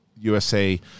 USA